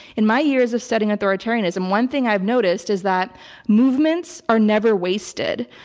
in my years of studying authoritarianism, one thing i've noticed is that movements are never wasted.